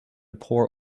pour